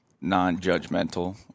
non-judgmental